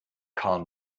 karl